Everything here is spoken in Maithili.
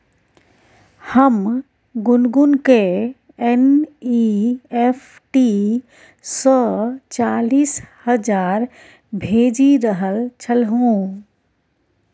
हम गुनगुनकेँ एन.ई.एफ.टी सँ चालीस हजार भेजि रहल छलहुँ